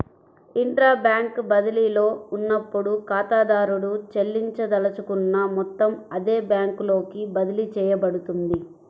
intra bank బదిలీలో ఉన్నప్పుడు, ఖాతాదారుడు చెల్లించదలుచుకున్న మొత్తం అదే బ్యాంకులోకి బదిలీ చేయబడుతుంది